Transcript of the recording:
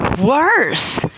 worse